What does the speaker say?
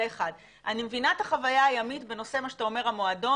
אני מבינה את החוויה הימית בנושא המועדון.